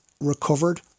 recovered